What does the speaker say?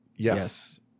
Yes